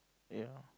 ya